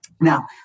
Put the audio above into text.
Now